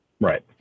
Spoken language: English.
Right